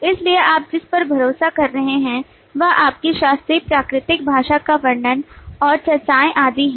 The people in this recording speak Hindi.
इसलिए आप जिस पर भरोसा कर रहे हैं वह आपकी शास्त्रीय प्राकृतिक भाषा का वर्णन और चर्चाएँ आदि है